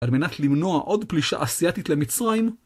על מנת למנוע עוד פלישה אסיאתית למצרים